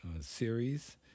series